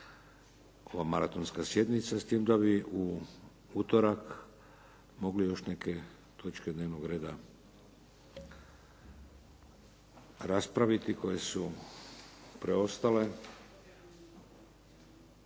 ova maratonska sjednica, s tim da bi u utorak mogli još neke točke dnevnog reda raspraviti koje su preostale.